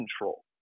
control